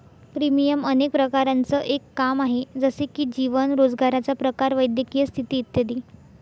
premium अनेक प्रकारांचं एक काम आहे, जसे की जीवन, रोजगाराचा प्रकार, वैद्यकीय स्थिती इत्यादी